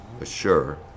assure